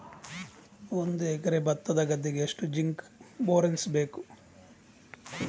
ಒಂದು ಎಕರೆ ಭತ್ತದ ಗದ್ದೆಗೆ ಎಷ್ಟು ಜಿಂಕ್ ಬೋರೆಕ್ಸ್ ಬೇಕು?